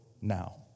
now